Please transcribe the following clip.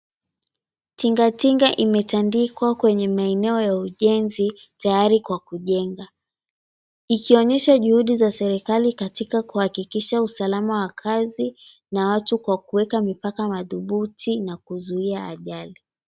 Tingatinga imetandikwa kwenye maeneo ya ujenzi tayari kwa kujenga, ikionyesha juhudi za serikali katika kuhakikisha usalama wa kazi na watu kwa kuweka mipaka madhubuti na kuzuia ajali.